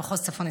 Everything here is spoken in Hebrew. במחוז צפון,